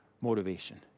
motivation